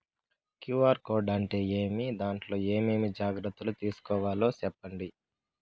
QR code అంటే ఏమి? దాంట్లో ఏ ఏమేమి జాగ్రత్తలు తీసుకోవాలో సెప్పండి?